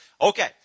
Okay